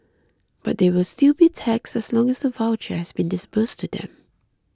but they will still be taxed as long as the voucher has been disbursed to them